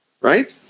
right